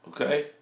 Okay